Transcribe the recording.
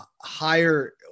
higher